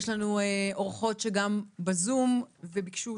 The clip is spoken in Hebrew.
יש לנו אורחות שגם איתנו בזום וביקשו